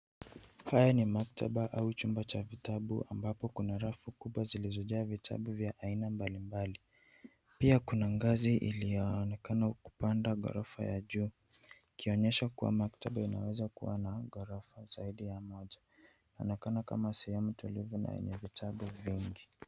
Haya ni maktaba au chumba cha viatu ambapo kuna rafu kubwa zilizojaa vitabu vya aina mbalimbali. Pia kuna ngazi iliyoonekana kupanda ghorofa ya juu ikionyesha kuwa maktaba inaweza kuwa na ghorofa zaidi ya moja. Inaonekana kama sehemu tulivu na yenye vitabu vingi.